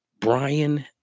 Brian